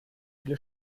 viele